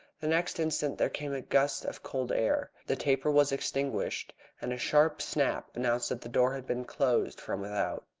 the next instant there came a gust of cold air, the taper was extinguished, and a sharp snap announced that the door had been closed from without.